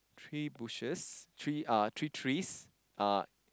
tree bushes three uh three trees uh